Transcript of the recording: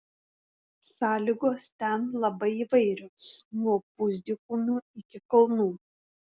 sąlygos ten labai įvairios nuo pusdykumių iki kalnų